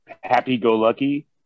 happy-go-lucky